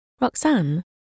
Roxanne